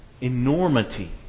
enormity